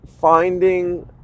finding